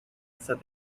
said